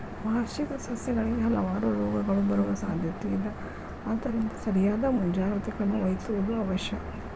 ವಾರ್ಷಿಕ ಸಸ್ಯಗಳಿಗೆ ಹಲವಾರು ರೋಗಗಳು ಬರುವ ಸಾದ್ಯಾತೆ ಇದ ಆದ್ದರಿಂದ ಸರಿಯಾದ ಮುಂಜಾಗ್ರತೆ ಕ್ರಮ ವಹಿಸುವುದು ಅವಶ್ಯ